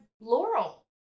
Laurel